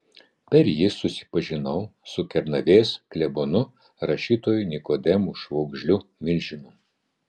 per jį susipažinau su kernavės klebonu rašytoju nikodemu švogžliu milžinu